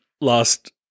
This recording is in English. last